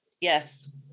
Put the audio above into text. yes